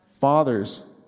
Fathers